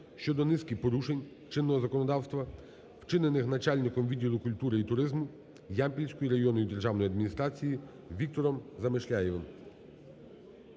щодо низки порушень чинного законодавства, вчинених начальником відділу культури і туризму Ямпільської районної державної адміністрації Віктором Замишляєвим.